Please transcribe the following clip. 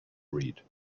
read